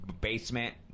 Basement